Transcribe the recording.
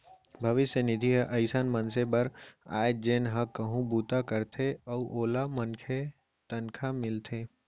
भविस्य निधि ह अइसन मनसे बर आय जेन ह कहूँ बूता करथे अउ ओला तनखा मिलथे